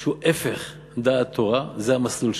שהוא הפך דעת תורה, זה המסלול שלו.